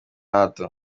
hato